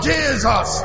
Jesus